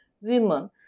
women